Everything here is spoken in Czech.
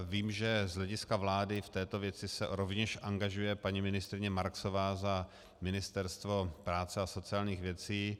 Vím, že z hlediska vlády v této věci se rovněž angažuje paní ministryně Marksová za Ministerstvo práce a sociálních věcí.